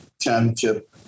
championship